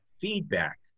feedback